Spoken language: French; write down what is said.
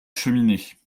cheminée